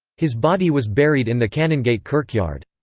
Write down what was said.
his body was buried in the canongate kirkyard.